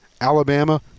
Alabama